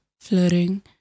flirting